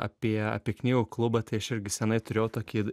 apie apie knygų klubą tai aš irgi senai turėjau tokį